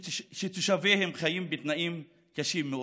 שתושביהם חיים בתנאים קשים מאוד.